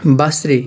بصری